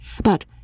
but